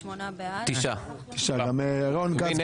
אמרתי: אולי אני אחייך,